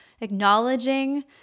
Acknowledging